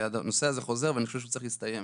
הנושא הזה חוזר ואני חושב שצריך להסתיים